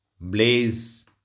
blaze